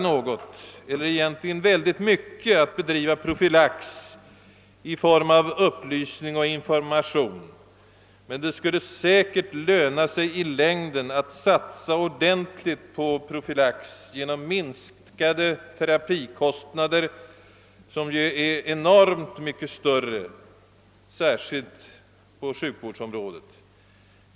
Det måste uppenbarligen kosta mycket mera än nu att bedriva verklig alkoholprofylax i form av upplysning och information, men det skulle säkert löna sig i längden att satsa på denna eftersom terapikostnaderna ju blir enormt mycket större, särskilt på sjukvårdsområdet.